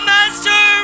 Master